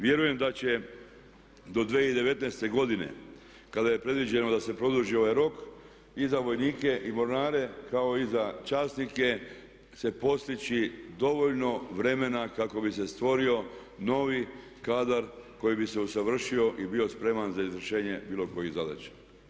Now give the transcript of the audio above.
Vjerujem da će do 2019.godine kada je predviđeno da se produži ovaj rok i za vojnike i mornare kao i za časnike se postići dovoljno vremena kako bi se stvorio novi kadar koji bi se usavršio i bio spreman za izvršenje bilo kojih zadaća.